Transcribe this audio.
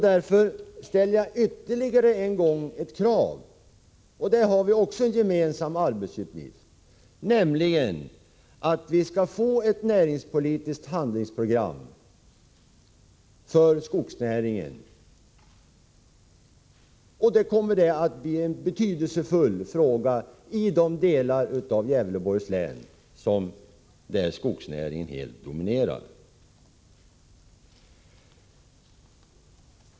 Därför ställer jag ytterligare en gång ett krav — och därvidlag har vi också en gemensam arbetsuppgift — nämligen att vi skall få ett näringspolitiskt handlingsprogram för skogsnäringen. Det kommer att bli en betydelsefull fråga i de delar av Gävleborgs län där skogsnäringen helt dominerar.